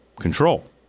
control